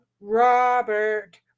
Robert